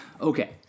Okay